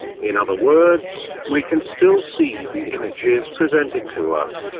in other words, we can still see the images presented to us,